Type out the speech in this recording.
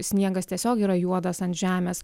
sniegas tiesiog yra juodas ant žemės